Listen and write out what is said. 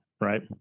right